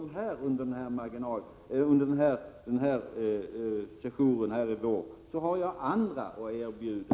Om ni inte kan gå med på något av dessa förslag under denna vårsession, så har jag andra att erbjuda.